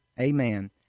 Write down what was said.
Amen